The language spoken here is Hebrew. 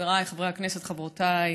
חבריי חברי הכנסת, חברותיי,